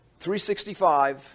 365